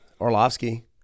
Orlovsky